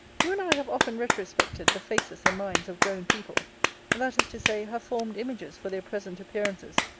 you and i have often retrospected the faces and minds of grown people that is to say, have formed images for their present appearances,